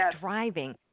driving –